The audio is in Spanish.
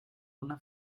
una